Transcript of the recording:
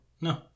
No